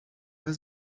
was